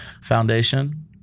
foundation